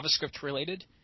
JavaScript-related